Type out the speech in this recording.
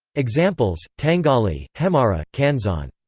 examples tangali, hemmara, kannusanne.